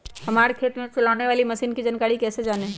हमारे खेत में चलाने वाली मशीन की जानकारी कैसे जाने?